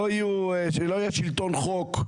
לא יהיה שלטון חוק,